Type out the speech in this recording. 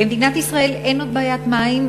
למדינת ישראל אין עוד בעיית מים,